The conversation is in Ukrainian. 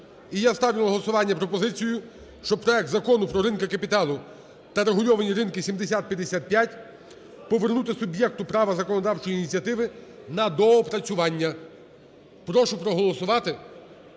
І я ставлю на голосування пропозицію, що проект Закону про ринки капіталу та регульовані ринки 7055 повернути суб'єкту права законодавчої ініціативи на доопрацювання. Прошу проголосувати,